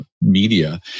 media